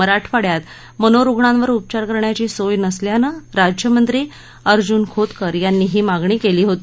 मराठवाङ्यात मनोरुग्णांवर उपचार करण्याची सोय नसल्यानं राज्यमंत्री अर्जुन खोतकर यांनी ही मागणी केली होती